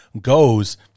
goes